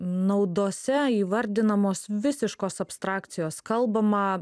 naudose įvardinamos visiškos abstrakcijos kalbama